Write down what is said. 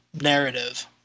narrative